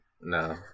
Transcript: No